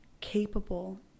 capable